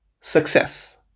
success